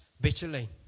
bitterly